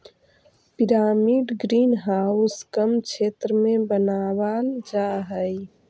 pyramid green house कम क्षेत्र में बनावाल जा हई